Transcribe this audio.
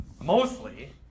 Mostly